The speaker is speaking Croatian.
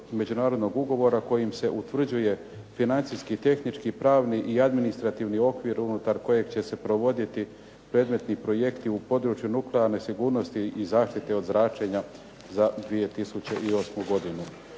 međunarodnog ugovora kojim se utvrđuje financijski, tehnički, pravni i administrativni okvir unutar kojeg će se provoditi predmetni projekti u području nuklearne sigurnosti i zaštite od zračenja za 2008. godinu.